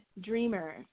dreamer